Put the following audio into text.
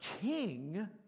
king